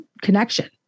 connection